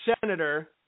senator